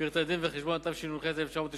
(פרטי דין וחשבון), התשנ"ח 1998,